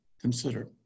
consider